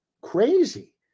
crazy